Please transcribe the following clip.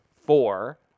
four